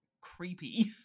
creepy